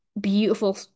beautiful